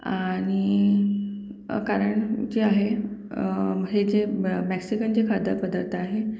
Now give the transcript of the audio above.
आणि अकारण जे आहे हे जे म मॅक्सिकन जे खाद्यपदार्थ आहे